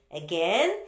again